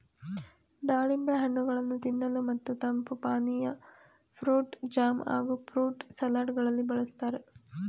ದಾಳಿಂಬೆ ಹಣ್ಣುಗಳನ್ನು ತಿನ್ನಲು ಮತ್ತು ತಂಪು ಪಾನೀಯ, ಫ್ರೂಟ್ ಜಾಮ್ ಹಾಗೂ ಫ್ರೂಟ್ ಸಲಡ್ ಗಳಲ್ಲಿ ಬಳ್ಸತ್ತರೆ